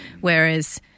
whereas